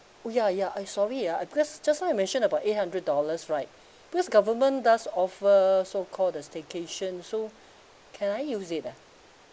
oh ya ya I sorry ya uh because just now you mention about eight hundred dollars right because government does offer so called the staycation so can I use it ah